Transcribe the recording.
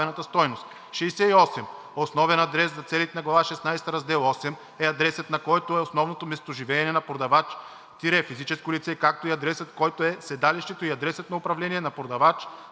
адресът на управление на продавач